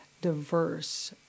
diverse